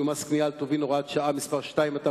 ומס קנייה על טובין (הוראת שעה) (מס' 2),